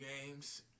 games